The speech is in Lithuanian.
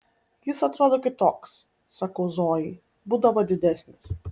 jis atrodo kitoks sakau zojai būdavo didesnis